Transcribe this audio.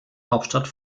hauptstadt